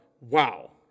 Wow